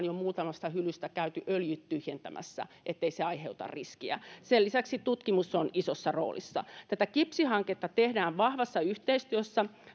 jo käyty öljyt tyhjentämässä etteivät ne aiheuta riskiä sen lisäksi tutkimus on isossa roolissa tätä kipsihanketta tehdään vahvassa yhteistyössä